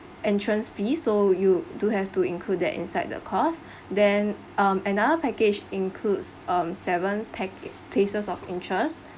entrance fee so you do have to include that inside the cost then um another package includes um seven pac~ places of interest